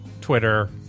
Twitter